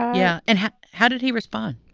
yeah. and how did he respond?